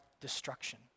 destruction